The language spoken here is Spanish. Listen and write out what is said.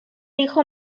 hijo